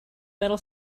metal